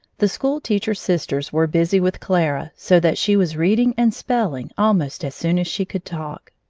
the school-teacher sisters were busy with clara so that she was reading and spelling almost as soon as she could talk.